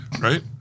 Right